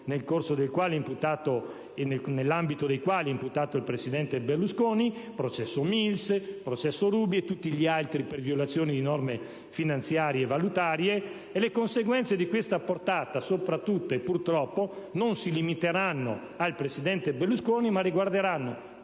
nell'ambito dei quali è imputato il presidente Berlusconi: il processo Mills, il processo Ruby e tutti gli altri per violazione di norme finanziarie e valutarie. Le conseguenze di questa portata, soprattutto e purtroppo, non si limiteranno al presidente Berlusconi, ma riguarderanno